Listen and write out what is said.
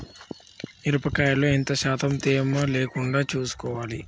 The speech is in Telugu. మిరప కాయల్లో ఎంత శాతం తేమ లేకుండా చూసుకోవాలి?